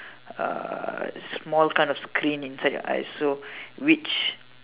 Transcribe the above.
uh small kind of screen inside your eyes so which